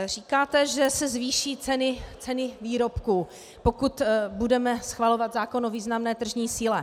Říkáte, že se zvýší ceny výrobků, pokud budeme schvalovat zákon o významné tržní síle.